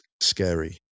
scary